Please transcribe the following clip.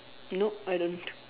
nope I don't